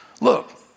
Look